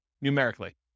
numerically